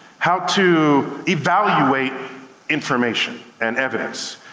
how to evaluate information and evidence.